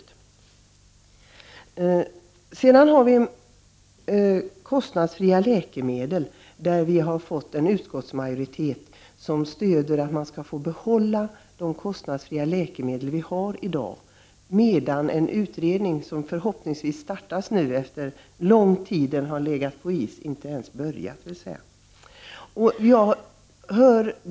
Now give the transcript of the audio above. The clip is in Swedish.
I fråga om kostnadsfria läkemedel har vi fått en utskottsmajoritet att stödja att man skall få behålla de kostnadsfria läkemedel vi har i dag. En utredning startas förhoppningsvis nu, efter att lång tid ha legat på is.